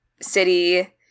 city